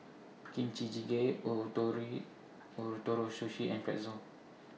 Kimchi Jjigae Ootoro Sushi and Pretzel